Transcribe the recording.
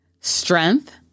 strength